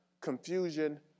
Confusion